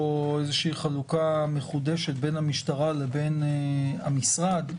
איזושהי חלוקה מחודשת בין המשטרה לבין המשרד,